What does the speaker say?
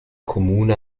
kommune